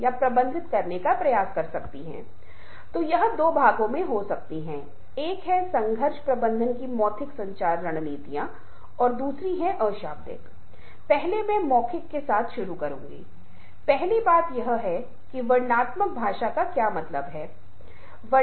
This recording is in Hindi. प्रेरणा फिर से एक ऐसी चीज़ है जो सॉफ्ट स्किल्स के संदर्भ में बहुत महत्वपूर्ण है क्योंकि आप देखते हैं कि आपके इन वीडियो को सुनने और यहां तक कि अंतिम वीडियो वार्ता को सुनने का कार्य आपकी प्रेरणा के बारे में बोलता है